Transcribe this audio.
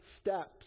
steps